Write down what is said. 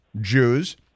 Jews